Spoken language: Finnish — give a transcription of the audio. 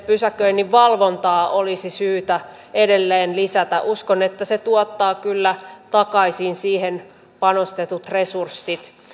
pysäköinninvalvontaa olisi syytä edelleen lisätä uskon että se tuottaa kyllä takaisin siihen panostetut resurssit